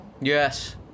Yes